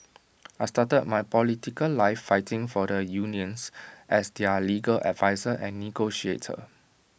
I started my political life fighting for the unions as their legal adviser and negotiator